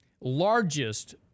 largest